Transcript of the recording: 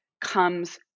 comes